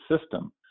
system